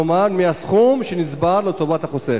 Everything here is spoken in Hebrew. כלומר מהסכום שנצבר לטובת החוסך.